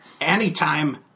Anytime